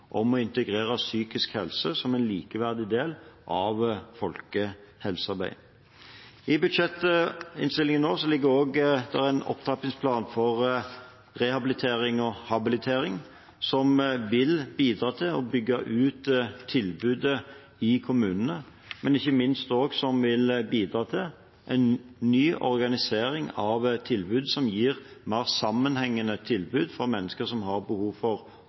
om i forbindelse med folkehelsemeldingen, å integrere psykisk helse som en likeverdig del av folkehelsearbeidet. I budsjettinnstillingen nå ligger også en opptrappingsplan for rehabilitering og habilitering, som vil bidra til utbygging av tilbudet i kommunene, men som ikke minst også vil bidra til en ny organisering av tilbud, som gir mer sammenhengende tilbud i de ulike tjenestene for mennesker som har behov for